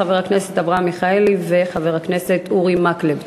חבר הכנסת אברהם וחבר הכנסת אורי מקלב.